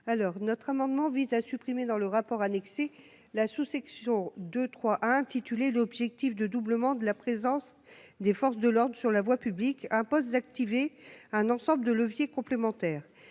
Alors notre amendement vise à supprimer dans le rapport annexé la sous-section de trois intitulé l'objectif de doublement de la présence des forces de l'ordre sur la voie publique, un poste d'activer un ensemble de leviers complémentaires :